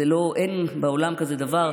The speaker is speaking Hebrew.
אין בעולם דבר כזה.